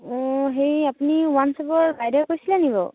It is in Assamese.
হেৰি আপুনি ৱাইন শ্বপৰ বাইদেউ কৈছিলে নি বাৰু